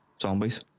zombies